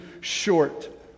short